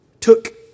took